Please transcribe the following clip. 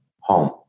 home